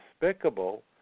despicable